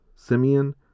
Simeon